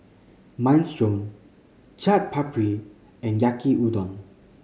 Minestrone Chaat Papri and Yaki Udon